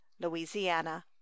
louisiana